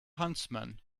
huntsman